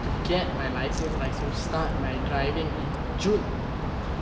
to get my license like to start my driving in june